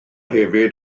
hefyd